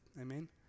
Amen